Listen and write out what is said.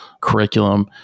curriculum